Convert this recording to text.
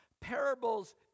Parables